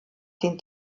den